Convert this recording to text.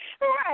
right